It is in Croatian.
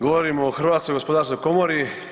Govorimo o Hrvatskoj gospodarskoj komori.